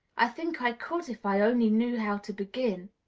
i think i could, if i only knew how to begin.